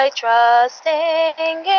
trusting